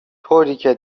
طوریکه